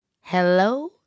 hello